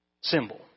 symbol